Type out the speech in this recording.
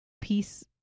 peace